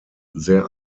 sehr